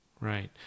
Right